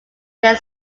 their